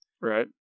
Right